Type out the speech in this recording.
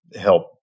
help